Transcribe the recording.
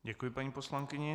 Děkuji paní poslankyni.